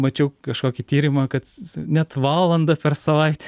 mačiau kažkokį tyrimą kad net valandą per savaitę